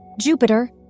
Jupiter